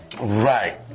Right